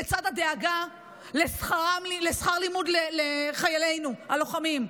לצד הדאגה לשכר לימוד לחיילינו הלוחמים,